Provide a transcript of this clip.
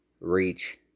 reach